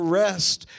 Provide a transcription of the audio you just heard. rest